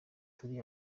turi